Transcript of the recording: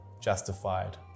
justified